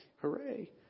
Hooray